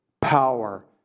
power